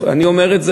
אני אומר את זה,